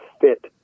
fit